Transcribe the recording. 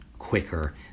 quicker